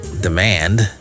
demand